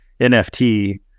NFT